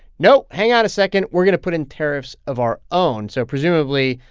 no. hang on a second. we're going to put in tariffs of our own. so presumably,